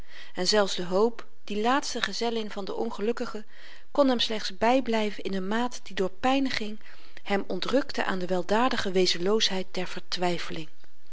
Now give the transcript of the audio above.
en zelfs de hoop die laatste gezellin van den ongelukkige kon hem slechts byblyven in n maat die door pyniging hem ontrukte aan de weldadige wezenloosheid der